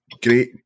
great